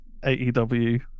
AEW